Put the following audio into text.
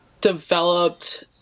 developed